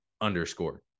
underscore